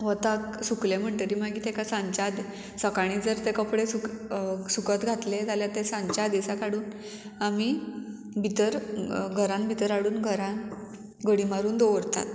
वताक सुकले म्हणटरी मागीर ताका सांजच्या सकाळीं जर तें कपडे सुक सुकत घातलें जाल्यार तें सांच्या आदेसा काडून आमी भितर घरान भितर हाडून घरान घडी मारून दवरतात